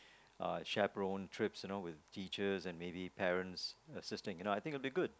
uh chaperon trips you know with teachers and maybe parents sisters you know I think it would be good